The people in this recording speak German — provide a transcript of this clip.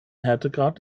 härtegrad